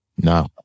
No